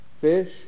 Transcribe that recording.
fish